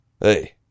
hey